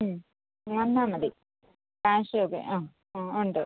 മ്മ് വന്നാൽ മതി ക്യാഷ് ഒക്കെ ആ ആ ഉണ്ട്